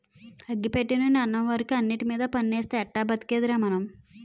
అగ్గి పెట్టెనుండి అన్నం వరకు అన్నిటిమీద పన్నేస్తే ఎట్టా బతికేదిరా మనం?